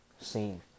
scene